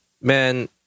Man